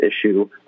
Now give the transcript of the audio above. issue